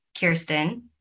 Kirsten